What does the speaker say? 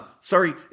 Sorry